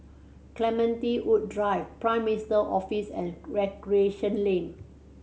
Clementi Woods Drive Prime Minister Office and Recreation Lane